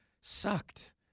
sucked